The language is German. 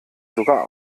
sogar